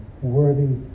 worthy